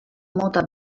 mota